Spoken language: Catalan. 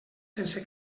sense